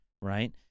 right